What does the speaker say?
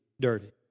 dirty